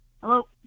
Hello